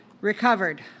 Recovered